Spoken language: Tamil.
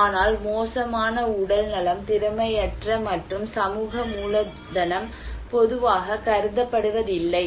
ஆனால் மோசமான உடல்நலம் திறமையற்ற மற்றும் சமூக மூலதனம் பொதுவாக கருதப்படுவதில்லை